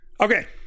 Okay